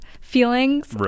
feelings